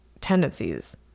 tendencies